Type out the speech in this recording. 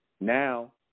Now